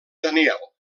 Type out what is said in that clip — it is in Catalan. daniel